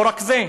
לא רק זה,